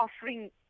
offering